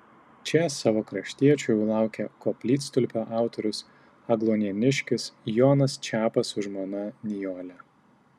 čia savo kraštiečių jau laukė koplytstulpio autorius agluonėniškis jonas čepas su žmona nijole